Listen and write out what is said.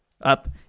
up